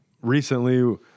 recently